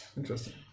interesting